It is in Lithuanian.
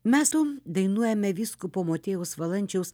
mes dainuojame vyskupo motiejaus valančiaus